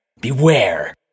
Beware